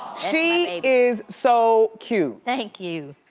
she is so cute. thank you.